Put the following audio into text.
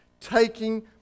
taking